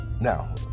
Now